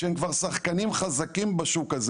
שהם כבר שחקנים חזקים בשוק הזה,